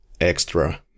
extra